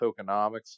tokenomics